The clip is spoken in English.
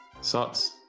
Sucks